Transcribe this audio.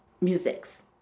musics